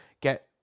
get